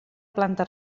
planta